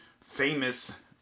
famous